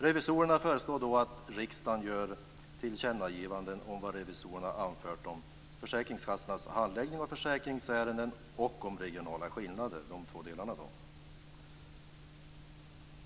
Revisorerna föreslår att riksdagen gör tillkännagivanden om vad revisorerna anfört om försäkringskassornas handläggning av försäkringsärenden och om regionala skillnader.